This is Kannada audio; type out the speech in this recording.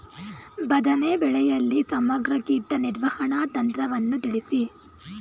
ಬದನೆ ಬೆಳೆಯಲ್ಲಿ ಸಮಗ್ರ ಕೀಟ ನಿರ್ವಹಣಾ ತಂತ್ರವನ್ನು ತಿಳಿಸಿ?